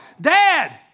Dad